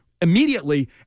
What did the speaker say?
Immediately